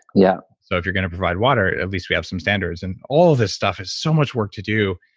yeah so if you're going to provide water, at least we have some standards. and all of this stuff is so much work to do.